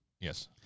Yes